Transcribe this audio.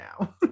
now